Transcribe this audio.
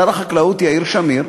שר החקלאות יאיר שמיר,